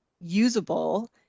usable